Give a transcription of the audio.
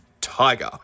tiger